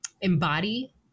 embody